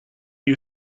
you